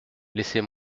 laissez